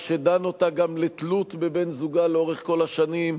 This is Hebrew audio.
מה שדן אותה גם לתלות בבן-זוגה לאורך כל השנים,